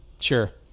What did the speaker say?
Sure